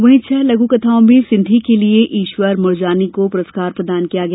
वहीं छह लघु कथाओं में सिंधी के लिए ईश्वर मुरजानी को पुरस्कार प्रदान किया गया